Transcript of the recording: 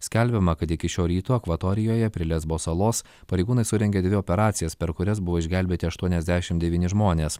skelbiama kad iki šio ryto akvatorijoje prie lesbo salos pareigūnai surengė dvi operacijas per kurias buvo išgelbėti aštuoniasdešim devyni žmonės